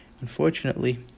unfortunately